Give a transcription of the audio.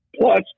Plus